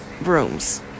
rooms